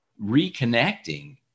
reconnecting